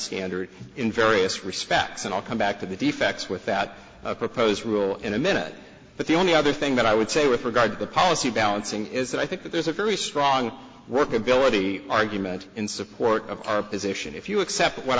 standard in various respects and i'll come back to the defects with that proposed rule in a minute but the only other thing that i would say with regard to policy balancing is that i think there's a very strong workability argument in support of our position if you accept what